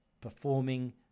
performing